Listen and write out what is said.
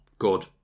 Good